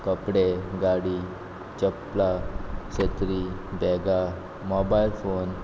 कपडे गाडी चपलां सत्री बॅगां मोबायल फोन